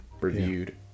reviewed